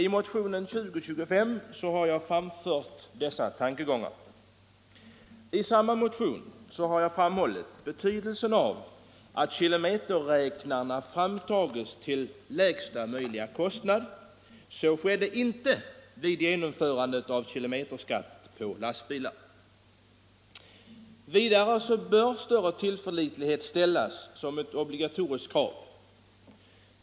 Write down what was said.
I motionen 2025 har jag framfört dessa tankegångar. I samma motion har jag framhållit betydelsen av att kilometerräknarna framtas till lägsta möjliga kostnad. Så skedde inte vid införandet av kilometerräknarapparatur för lastbilar. Vidare bör ställas ett obligatoriskt krav på större tillförlitlighet hos kilometerräknarna.